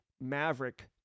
Maverick